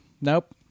Nope